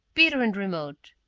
bitter and remote.